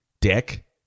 Dick